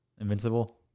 Invincible